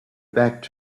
back